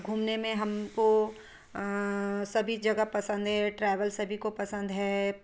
घूमने में हम को सभी जगह पसंद हैं ट्रेवल सभी को पसंद है